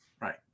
Right